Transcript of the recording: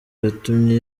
yatumye